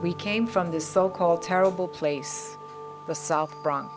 we came from this so called terrible place the south bronx